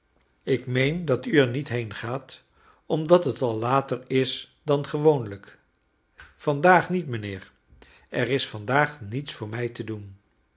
ik meen dat u er niet heengaat omdat het al later is dan gewoonlijk vandaag niet mijnheer er is vandaag riets voor mij te doen